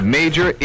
major